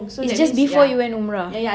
it's just before you went umrah